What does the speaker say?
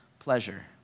Pleasure